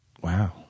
Wow